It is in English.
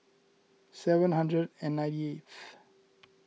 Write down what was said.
seven hundred and ninety eighth